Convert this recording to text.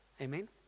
amen